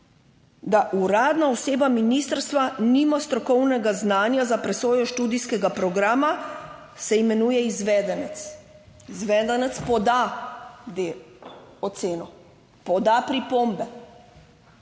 da uradna oseba ministrstva nima strokovnega znanja za presojo študijskega programa, se imenuje izvedenec. Izvedenec poda oceno, poda pripombe.